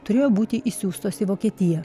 turėjo būti išsiųstos į vokietiją